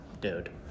dude